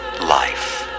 life